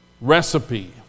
recipe